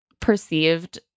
perceived